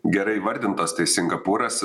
gerai įvardintos tai singapūras